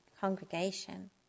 congregation